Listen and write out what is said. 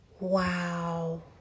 wow